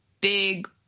big